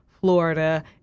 Florida